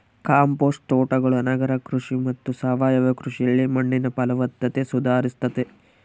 compost ತೋಟಗಳು ನಗರ ಕೃಷಿ ಮತ್ತು ಸಾವಯವ ಕೃಷಿಯಲ್ಲಿ ಮಣ್ಣಿನ ಫಲವತ್ತತೆ ಸುಧಾರಿಸ್ತತೆ